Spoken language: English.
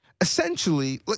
Essentially